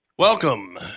Welcome